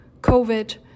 COVID